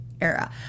Era